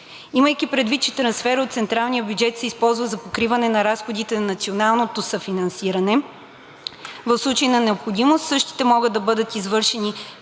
Имайки предвид, че трансферът от централния бюджет се използва за покриване на разходите за национално съфинансиране, в случай на необходимост същите могат да бъдат извършени